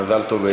מזל טוב,